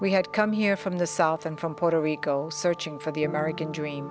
we had come here from the south and from puerto rico searching for the american dream